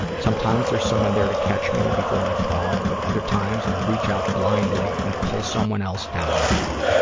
sometimes, there's someone there to catch me before i fall, but other times i reach out blindly and pull someone else down with me.